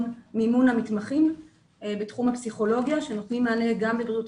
מימון המתמחים בתחום הפסיכולוגיה שנותנים מענה גם בבריאות